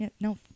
No